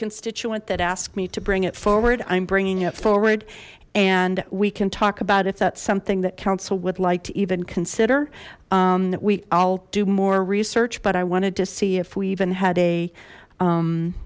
constituent that asked me to bring it forward i'm bringing it forward and we can talk about if that's something that council would like to even consider we all do more research but i wanted to see if we even had a